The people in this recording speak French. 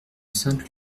sainte